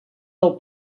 del